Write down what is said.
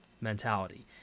mentality